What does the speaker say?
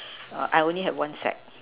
err I only had one sack